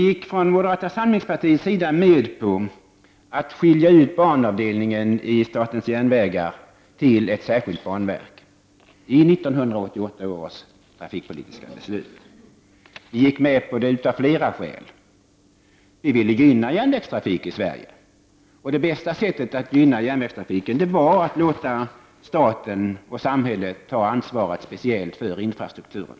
Vi i moderata samlingspartiet gick med på att skilja ut banavdelningen i statens järnvägar och hänföra denna till ett särskilt banverk i samband med 1988 års trafikpolitiska beslut. Vi gick med på detta av flera skäl. Bl.a. ville vi gynna järnvägstrafiken i Sverige. Det bästa sättet att göra detta var att låta staten, samhället, ta ansvar speciellt för infrastrukturen.